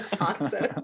awesome